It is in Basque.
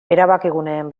erabakiguneen